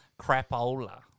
crapola